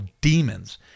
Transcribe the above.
demons